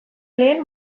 lehen